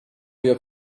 your